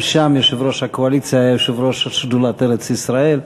גם שם יושב-ראש הקואליציה היה יושב-ראש שדולת ארץ-ישראל.